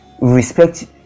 Respect